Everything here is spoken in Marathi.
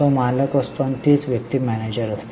तो मालक आहे आणि तीच व्यक्ती मॅनेजर आहे